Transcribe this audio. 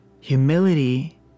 Humility